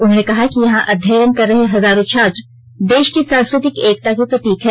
उन्होंने कहा कि यहा अध्ययन कर रहे हजारों छात्र देश की सांस्कृतिक एकता के प्रतीक हैं